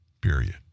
Period